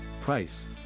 Price